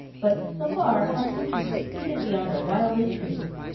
but, so far, i think we've succeeded beyond our wildest dreams.